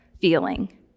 feeling